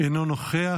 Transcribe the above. אינו נוכח,